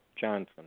Johnson